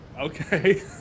Okay